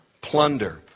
plunder